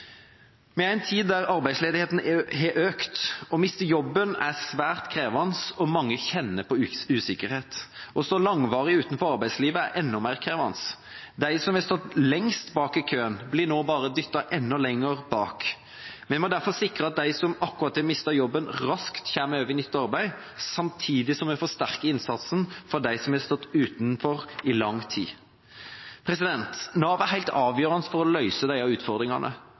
en tid der arbeidsledigheten har økt. Å miste jobben er svært krevende, og mange kjenner på usikkerhet. Å stå langvarig utenfor arbeidslivet er enda mer krevende. De som har stått lengst bak i køen, blir nå bare dyttet enda lenger bakover. Vi må derfor sikre at de som akkurat har mistet jobben, raskt kommer over i nytt arbeid, samtidig som vi forsterker innsatsen for dem som har stått utenfor i lang tid. Nav er helt avgjørende for å løse disse utfordringene.